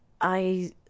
I